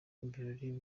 ibirori